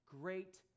great